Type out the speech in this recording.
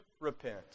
repent